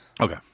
Okay